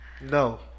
No